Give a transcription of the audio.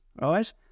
right